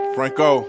Franco